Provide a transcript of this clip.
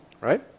right